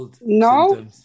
No